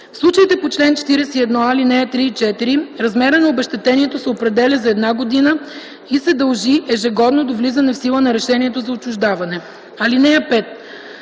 В случаите по чл. 41а, ал. 3 и 4 размерът на обезщетението се определя за една година и се дължи ежегодно до влизане в сила на решението за отчуждаване. (5)